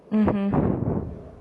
mmhmm